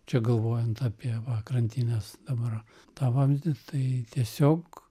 čia galvojant apie va krantinės dabar tą vamzdį tai tiesiog